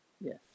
Yes